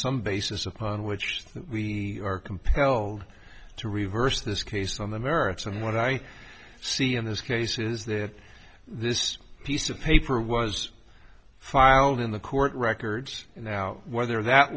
some basis upon which that we are compelled to reverse this case on the merits and what i see in this case is that this piece of paper was filed in the court records and now whether that